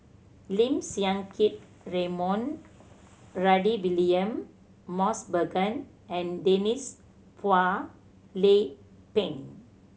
Lim Siang Keat Raymond Rudy William Mosbergen and Denise Phua Lay Peng